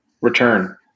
Return